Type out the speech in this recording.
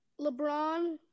LeBron